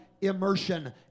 immersion